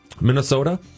Minnesota